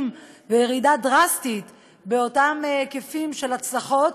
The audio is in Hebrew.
וירידה דרסטית באותם היקפים של הצלחות.